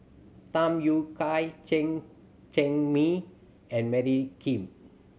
Tham Yui Kai Chen Cheng Mei and Mary Kim